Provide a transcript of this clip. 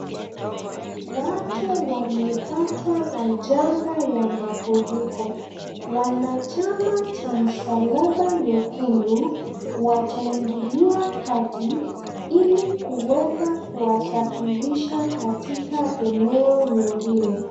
Watu wamepatwa na janga ya mafuriko. Wanachama cha Msalaba Nyekundu wataingilia kati ili kuweza kuwasafirisha katika eneo nyingine.